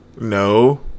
No